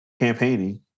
campaigning